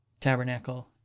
tabernacle